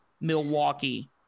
Milwaukee